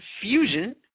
confusion